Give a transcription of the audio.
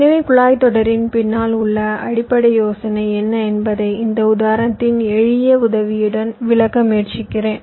எனவே குழாய்த் தொடரின் பின்னால் உள்ள அடிப்படை யோசனை என்ன என்பதை இந்த உதாரணத்தின் எளிய உதவியுடன் விளக்க முயற்சிக்கிறேன்